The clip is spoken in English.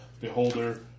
Beholder